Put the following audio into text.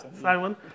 Simon